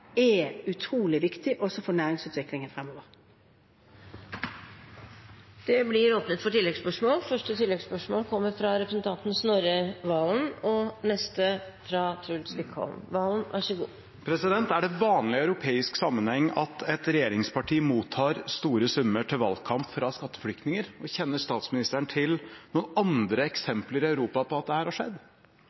er utrolig viktig også for næringsutviklingen fremover. Det åpnes for oppfølgingsspørsmål – først Snorre Serigstad Valen. Er det vanlig i europeisk sammenheng at et regjeringsparti mottar store summer til valgkamp fra skatteflyktninger, og kjenner statsministeren til noen andre eksempler i Europa på at dette har skjedd?